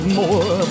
more